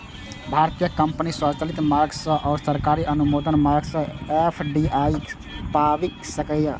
भारतीय कंपनी स्वचालित मार्ग सं आ सरकारी अनुमोदन मार्ग सं एफ.डी.आई पाबि सकैए